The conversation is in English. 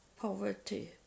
poverty